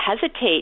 hesitate